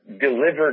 delivered